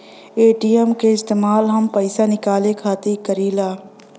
ATM क इस्तेमाल हम पइसा निकाले खातिर करीला